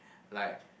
like